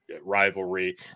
rivalry